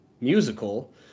musical